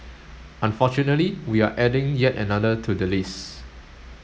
unfortunately we're adding yet another to the list